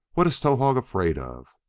what is towahg afraid of?